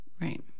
right